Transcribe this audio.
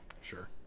sure